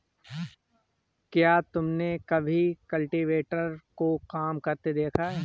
क्या तुमने कभी कल्टीवेटर को काम करते देखा है?